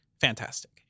fantastic